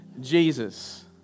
Jesus